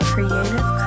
Creative